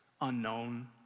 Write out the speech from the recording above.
unknown